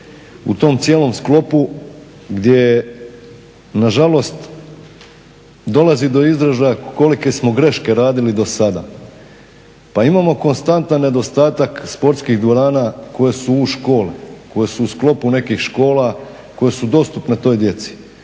u tom cijelom sklopu gdje na žalost dolazi do izražaja kolike smo greške radili do sada, pa imamo konstantan nedostatak sportskih dvorana koje su u školi, koje su u sklopu nekih škola, koje su dostupne toj djeci,